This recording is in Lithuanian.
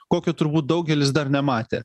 kokio turbūt daugelis dar nematė